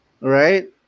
right